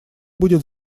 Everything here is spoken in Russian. будет